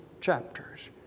chapters